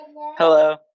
Hello